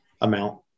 amount